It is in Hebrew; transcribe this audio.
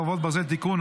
חברות ברזל) (תיקון),